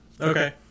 Okay